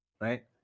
Right